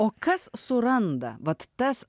o kas suranda vat tas